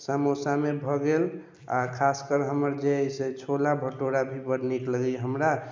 समोसामे भऽ गेल आ खास कर हमर जे अछि से छोला भटोरा भी बड नीक लगैया हमरा